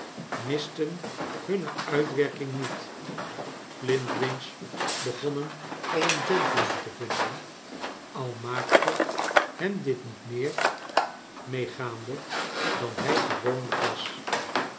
en hunne uitwerking niet flintwinch begon hem al een gentleman te vinden al maakte hem dit niet meer meegaande dan hij gewoonlijk was